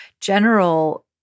general